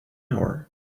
hour